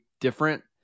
different